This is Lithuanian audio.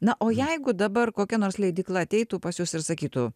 na o jeigu dabar kokia nors leidykla ateitų pas jus ir sakytų